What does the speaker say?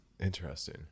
Interesting